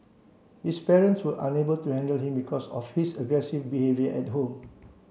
his parents were unable to handle him because of his aggressive behaviour at home